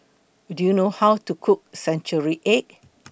Do YOU know How to Cook Century Egg